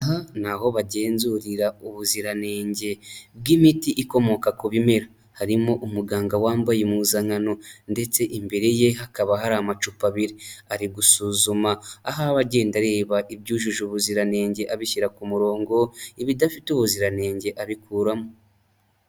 Aha ni aho bagenzurira ubuziranenge bw'imiti ikomoka ku bimera, harimo umuganga wambaye impuzankano ndetse imbere ye hakaba hari amacupa abiri, ari gusuzuma aha agenda areba ibyujuje ubuziranenge abishyira ku murongo, ibidafite ubuziranenge abikuramo.